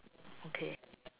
okay